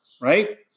right